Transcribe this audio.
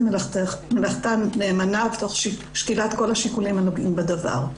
מלאכתה נאמנה תוך שקילת כל השיקולים הנוגעים בדבר.